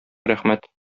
рәхмәт